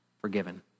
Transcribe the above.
forgiven